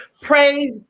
Praise